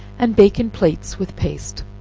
and bake in plates with paste.